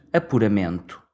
apuramento